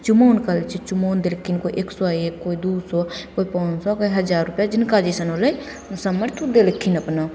चुमाओन कहै छै चुमाओन देलखिन कोइ एक सओ एक कोइ दुइ सओ कोइ पाँच सओ कोइ हजार रुपैआ जिनका जइसन होलै सामर्थ्य ओ देलखिन अपना